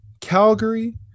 Calgary